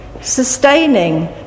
sustaining